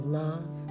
love